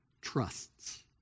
trusts